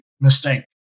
mistake